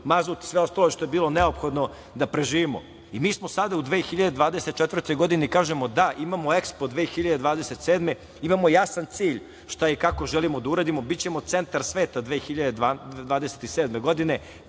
mazut, sve ostalo što je bilo neophodno da preživimo. Mi sada, u 2024. godini, kažemo – da, imamo EKSPO 2027, imamo jasan cilj šta i kako želimo da uradimo, bićemo centar sveta 2027. godine,